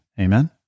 Amen